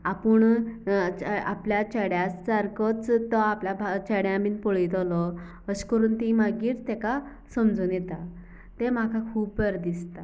आपूण आपल्या चेड्या सारकोच तो आपल्या चेड्यां बीन पळयतलो अशे करून तीं मागीर ताका समजोन येता तें म्हाका खूब बरें दिसता